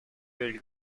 del